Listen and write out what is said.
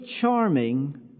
charming